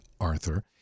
Arthur